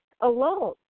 alone